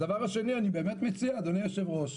הדבר השני אני באמת מציע, אדוני היושב-ראש,